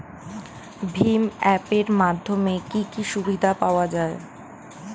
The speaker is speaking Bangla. ভিম অ্যাপ এর মাধ্যমে কি কি সুবিধা পাওয়া যায়?